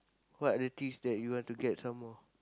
what are the things that you want to get some more